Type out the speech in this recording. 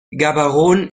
gaborone